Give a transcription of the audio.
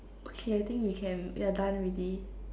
okay I think we can we're done already